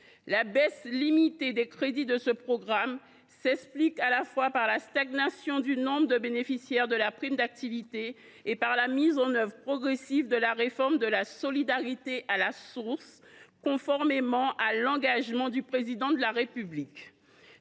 La baisse limitée des crédits de ce programme s’explique à la fois par la stagnation du nombre de bénéficiaires de la prime d’activité et par la mise en œuvre progressive de la réforme de la solidarité à la source, conformément à l’engagement du Président de la République.